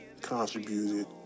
contributed